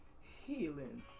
healing